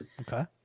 okay